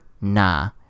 nah